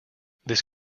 this